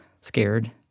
scared